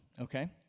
okay